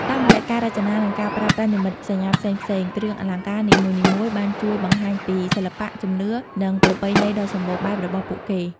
តាមរយៈការរចនា និងការប្រើប្រាស់និមិត្តសញ្ញាផ្សេងៗ គ្រឿងអលង្ការនីមួយៗបានជួយបង្ហាញពីសិល្បៈ ជំនឿ និងប្រពៃណីដ៏សម្បូរបែបរបស់ពួកគេ។